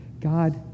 God